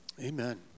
Amen